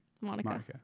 Monica